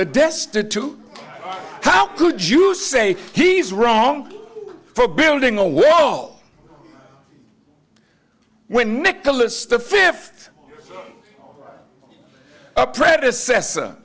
the destitute how could you say he's wrong for building a wall when nicholas the fifth predecessor